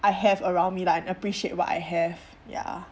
I have around me lah and appreciate what I have ya